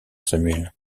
samuel